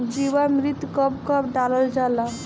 जीवामृत कब कब डालल जाला?